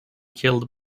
killed